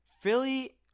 Philly